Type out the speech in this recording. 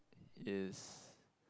is